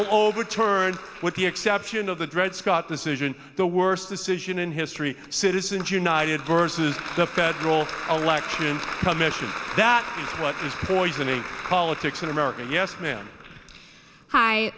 overturned with the exception of the dred scott decision the worst decision in history citizens united versus the federal election commission that what is poison in politics in america yes ma'am hi